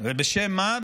ובשם מה?